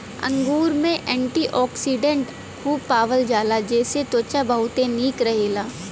अंगूर में एंटीओक्सिडेंट खूब पावल जाला जेसे त्वचा बहुते निक रहेला